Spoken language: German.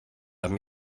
haben